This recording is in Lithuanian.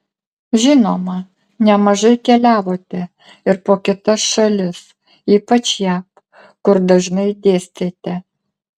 žinoma nemažai keliavote ir po kitas šalis ypač jav kur dažnai dėstėte